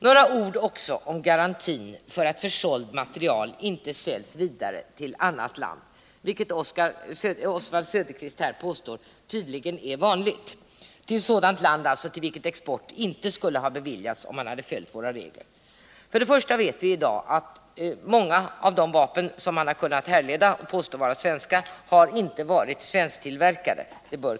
Några ord om garantin för att försåld materiel inte säljs vidare till annat land, till vilket export inte skulle ha beviljats om man hade följt våra regler. Oswald Söderqvist påstår här att sådan försäljning är vanlig. Först och främst bör kanske sägas att vi i dag vet att många av de vapen som påstås vara svenska inte har varit svensktillverkade.